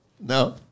No